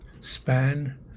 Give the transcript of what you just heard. span